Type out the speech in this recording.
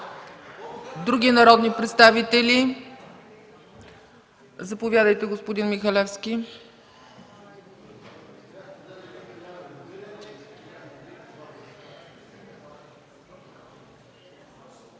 Други народни представители? Заповядайте, господин Панчев.